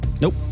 Nope